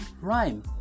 rhyme